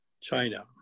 China